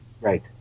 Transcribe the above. Right